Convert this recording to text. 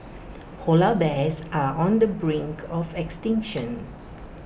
Polar Bears are on the brink of extinction